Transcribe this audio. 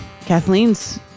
Kathleen's